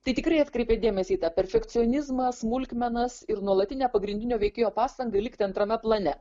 tai tikrai atkreipėt dėmesį į tą perfekcionizmą smulkmenas ir nuolatinę pagrindinio veikėjo pastangą likti antrame plane